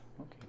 Okay